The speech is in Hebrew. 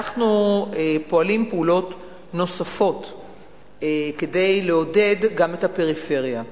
אנחנו פועלים פעולות נוספות כדי לעודד גם את הפריפריה.